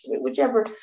whichever